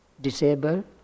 disabled